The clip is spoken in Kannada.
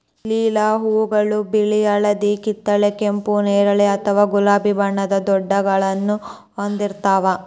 ಲಿಲ್ಲಿ ಹೂಗಳು ಬಿಳಿ, ಹಳದಿ, ಕಿತ್ತಳೆ, ಕೆಂಪು, ನೇರಳೆ ಅಥವಾ ಗುಲಾಬಿ ಬಣ್ಣದ ದೊಡ್ಡ ದಳಗಳನ್ನ ಹೊಂದಿರ್ತಾವ